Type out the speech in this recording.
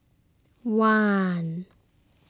one